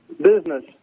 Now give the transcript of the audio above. business